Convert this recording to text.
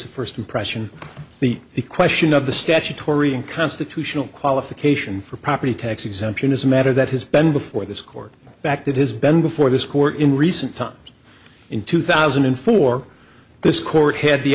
of first impression the question of the statutory constitutional qualification for property tax exemption is a matter that has been before this court fact it has been before this court in recent times in two thousand and four this court had the